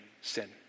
sin